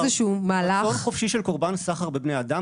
וזה רצון חופשי של קורבן סחר בבני אדם